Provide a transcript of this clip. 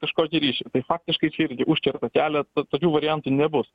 kažkokį ryšį tai faktiškai čia irgi užkerta kelią tokių variantų nebus